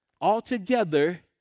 altogether